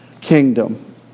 kingdom